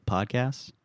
Podcasts